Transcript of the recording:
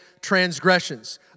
transgressions